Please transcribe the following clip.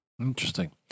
Interesting